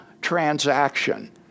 transaction